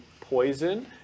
poison